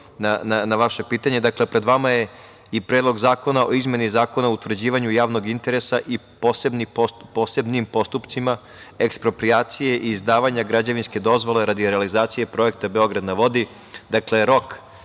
na vaše pitanje. Dakle, pred vama je i Predlog zakona o izmeni Zakona o utvrđivanju javnog interesa i posebnim postupcima eksproprijacije i izdavanja građevinske dozvole radi realizacije projekta Beograd na vodi. Dakle, rok